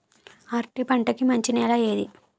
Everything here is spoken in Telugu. అరటి పంట కి మంచి నెల ఏది?